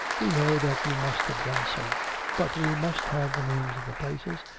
we know that you must have done so but we must have the names of the places,